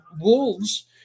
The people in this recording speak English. wolves